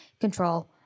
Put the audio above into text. control